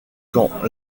quand